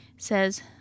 Says